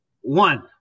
One